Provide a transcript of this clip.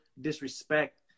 disrespect